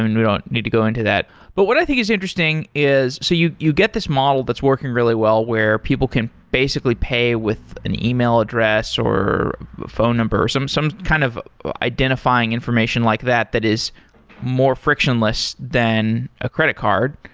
and we don't need to go into that. but what i think is interesting is so you you get this model that's working really well where people can basically pay with an email address or a phone number or some some kind of identifying information like that that is more frictionless than a credit card.